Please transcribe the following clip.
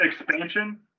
expansion